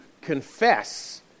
confess